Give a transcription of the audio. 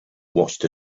watched